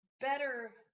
better